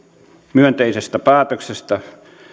myönteisestä päätöksestä